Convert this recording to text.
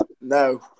No